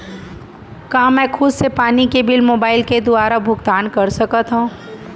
का मैं खुद से पानी के बिल मोबाईल के दुवारा भुगतान कर सकथव?